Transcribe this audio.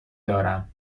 دارم